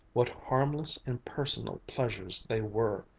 what harmless, impersonal pleasures they were!